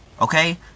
Okay